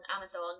amazon